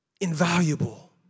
Invaluable